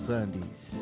Sundays